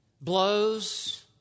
blows